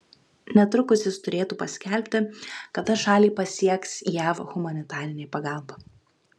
netrukus jis turėtų paskelbti kada šalį pasieks jav humanitarinė pagalba